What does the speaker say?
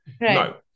No